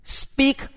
speak